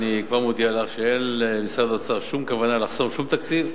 אני כבר מודיע לך שאין למשרד האוצר שום כוונה לחסום שום תקציב,